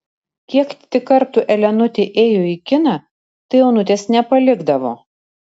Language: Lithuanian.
kiek tik kartų elenutė ėjo į kiną tai onutės nepalikdavo